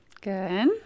Good